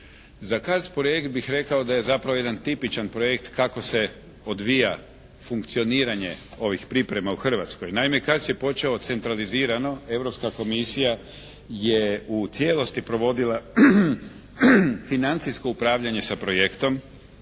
Za CARDS projekt bih rekao da je zapravo jedan tipičan projekt kako se odvija funkcioniranje ovih priprema u Hrvatskoj. Naime, CARDS je počeo centralizirano, Europska komisija je u cijelosti provodila financijsko upravljanje sa projektom.